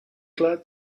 glad